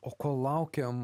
o kol laukiam